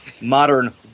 modern